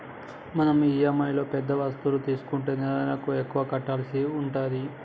మనం ఇఎమ్ఐలో పెద్ద వస్తువు తీసుకుంటే నెలనెలకు ఎక్కువ కట్టాల్సి ఉంటది